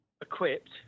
equipped